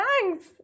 Thanks